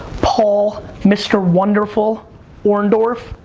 paul mr. wonderful orndorff.